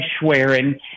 Schwerin